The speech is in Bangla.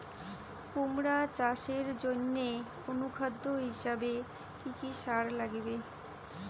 কুমড়া চাষের জইন্যে অনুখাদ্য হিসাবে কি কি সার লাগিবে?